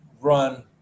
run